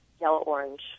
yellow-orange